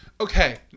Okay